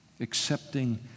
accepting